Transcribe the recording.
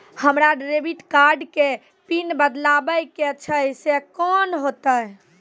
हमरा debit card के PIN बदलबावै के छैं से कौन होतै?